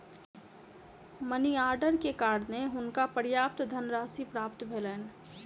money order के कारणें हुनका पर्याप्त धनराशि प्राप्त भेलैन